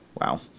wow